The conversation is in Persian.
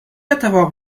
اتفاق